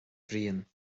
bhriain